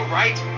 right